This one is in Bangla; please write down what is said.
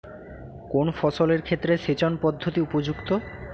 কোন ফসলের ক্ষেত্রে সেচন পদ্ধতি উপযুক্ত?